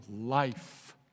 life